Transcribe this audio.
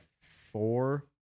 Four